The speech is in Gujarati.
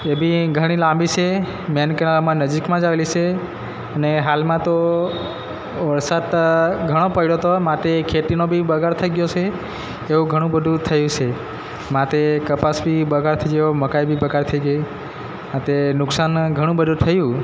એ બી ઘણી લાંબી છે મેન કેનાલ અમારા નજીકમાં જ આવેલી છે અને હાલમાં તો વરસાદ તાં ઘણો પડ્યો તો માટે એ ખેતીનો બી બગાડ થઈ ગયો છે એવું ઘણું બધું થયું છે માટે કપાસ બી બગાડ થઈ ગયો મકાઈ બી બગાળ થઈ ગઈ માટે નુકશાન ઘણું બધું થયું